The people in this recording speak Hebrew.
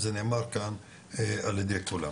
זה נאמר כאן על ידי כולם.